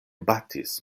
batis